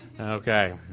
Okay